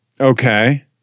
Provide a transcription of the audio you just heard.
Okay